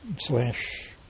slash